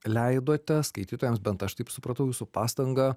leidote skaitytojams bent aš taip supratau jūsų pastangą